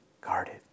guarded